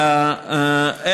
לך יש מיקרופון.